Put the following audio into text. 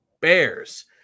Bears